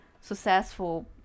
successful